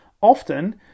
often